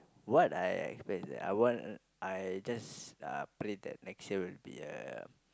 what I expect that I want I just uh pray that next year will be a